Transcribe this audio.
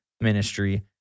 ministry